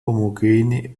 homogene